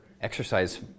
exercise